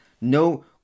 no